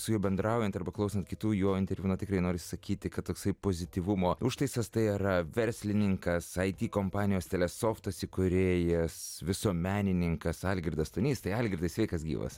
su juo bendraujant arba klausant kitų jo interviu na tikrai nori sakyti kad toksai pozityvumo užtaisas tai yra verslininkas it kompanijos telesoftas įkūrėjas visuomenininkas algirdas stonys algirdai sveikas gyvas